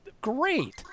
great